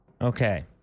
Okay